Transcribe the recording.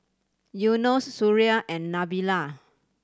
Yunos Suria and Nabila